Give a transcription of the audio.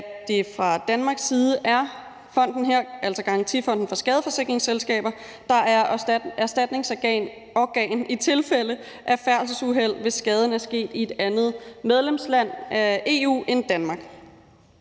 at det fra Danmarks side er fonden her, altså Garantifonden for skadesforsikringsselskaber, der er erstatningsorgan i tilfælde af færdselsuheld, hvis skaden er sket i et andet medlemsland af EU end Danmark.